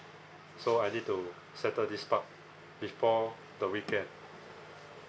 so I need to settle this part before the weekend